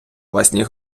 власні